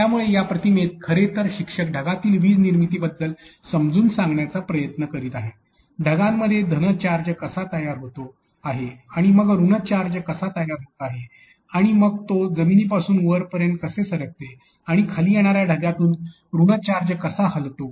त्यामुळे या प्रतिमेत खरे तर शिक्षक ढगातील वीज निर्मितीबद्दल समजावून सांगण्याचा प्रयत्न करीत आहेत ढगांमध्ये धन चार्ज कसा तयार होत आहे आणि मग ऋण चार्ज कसा तयार होत आहेत आणि मग तो जमिनीपासून वरपर्यंत कसे सरकते आणि खाली येणाऱ्या ढगातून ऋण चार्ज कसा हलतो